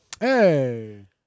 Hey